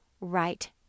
right